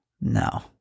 No